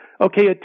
okay